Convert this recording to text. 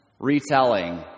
retelling